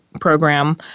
program